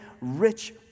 rich